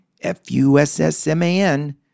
F-U-S-S-M-A-N